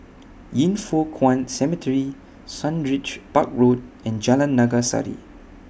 Yin Foh Kuan Cemetery Sundridge Park Road and Jalan Naga Sari